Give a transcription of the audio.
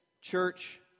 church